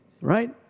Right